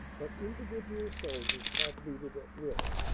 but individual soldiers had looted at will.